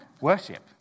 worship